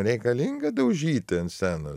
reikalinga daužyti ant scenos